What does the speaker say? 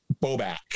Bobak